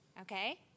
okay